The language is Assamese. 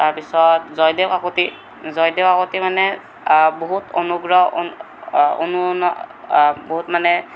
তাৰ পিছত জয়দেউ কাকূতি জয়দেউ কাকূতি মানে বহুত অনুগ্ৰহ অনু অনুন বহুত মানে